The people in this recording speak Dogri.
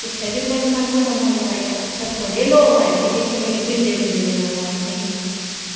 ते उत्थें बी सानुबड़ा मजा आया उत्थें बड़े लोग आये दे हे दिक्खने गी बम्बे दे लोग आये दे हे